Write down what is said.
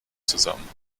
zusammen